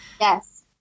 Yes